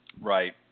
right